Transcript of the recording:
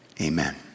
Amen